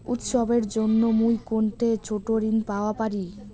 উৎসবের জন্য মুই কোনঠে ছোট ঋণ পাওয়া পারি?